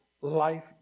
life